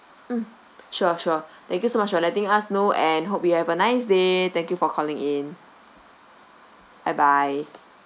mm sure sure thank you so much you for letting us know and hope you have a nice day thank you for calling in bye bye